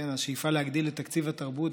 השאיפה להגדיל את תקציב התרבות,